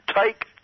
Take